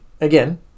Again